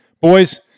Boys